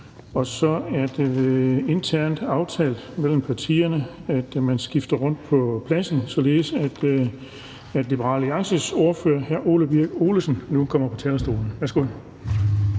Og så er det internt aftalt mellem partierne, at man ændrer i rækkefølgen, således at Liberal Alliances ordfører, hr. Ole Birk Olesen, nu kommer på talerstolen. Værsgo.